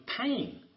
pain